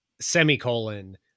semicolon